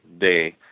day